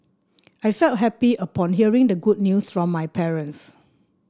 I felt happy upon hearing the good news from my parents